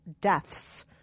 Deaths